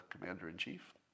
commander-in-chief